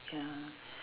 ya